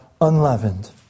unleavened